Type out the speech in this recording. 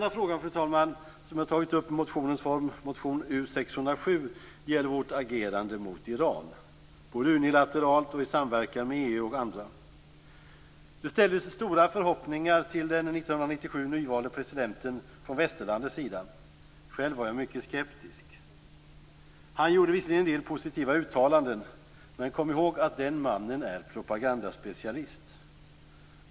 Den andra fråga som jag tagit upp i motionens form, motion U607, gäller vårt agerande mot Iran, både unilateralt och i samverkan med EU Det ställdes stora förhoppningar till den 1997 nyvalde presidenten från västerlandets sida. Själv var jag mycket skeptisk. Han gjorde visserligen en del positiva uttalanden - men kom ihåg att den mannen är propagandaspecialist!